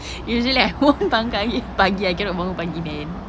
usually like who want to bangun pagi I cannot bangun pagi man